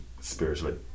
spiritually